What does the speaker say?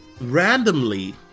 randomly